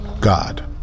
God